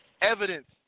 Evidence